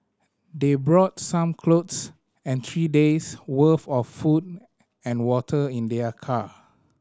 they brought some clothes and three days' worth of food and water in their car